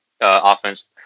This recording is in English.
offense